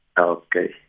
Okay